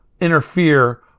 interfere